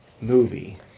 movie